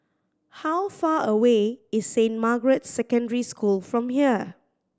how far away is Saint Margaret's Secondary School from here